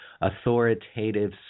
authoritative